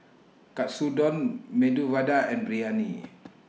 Katsudon Medu Vada and Biryani